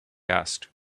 asked